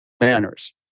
manners